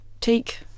take